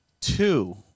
Two